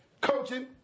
Coaching